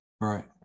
Right